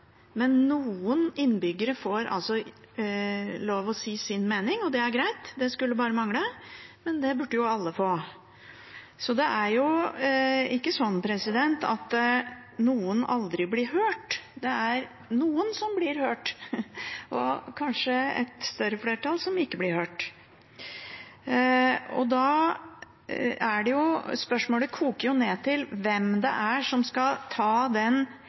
det skulle bare mangle, men det burde jo alle få. Det er ikke sånn at noen aldri blir hørt, det er noen som blir hørt, og kanskje et større flertall som ikke blir hørt. Da koker jo spørsmålet ned til hvem det er som skal ta den